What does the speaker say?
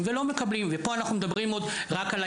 אנחנו בדרך כלל מתמודדים עם